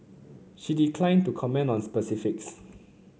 she declined to comment on specifics